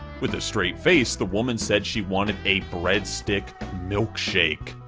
with a straight face, the woman said she wanted a breadstick milkshake.